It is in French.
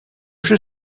jeu